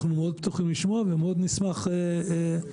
אנחנו פתוחים לשמוע ונשמח מאוד.